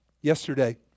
Yesterday